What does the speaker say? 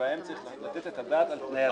שבהם צריך לתת את הדעת על תנאי הסף.